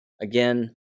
Again